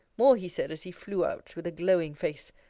more he said, as he flew out, with a glowing face,